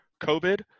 COVID